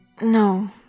No